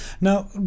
Now